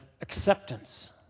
acceptance